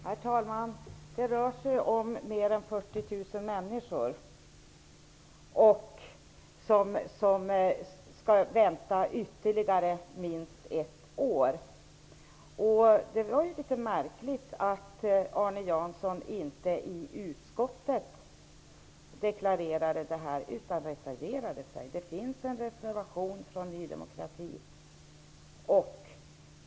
Herr talman! Det rör sig om mer än 40 000 människor som skall vänta ytterligare minst ett år. Det var litet märkligt att Arne Jansson inte deklarerade detta i utskottet utan reserverade sig. Det finns en reservation från Ny demokrati.